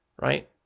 right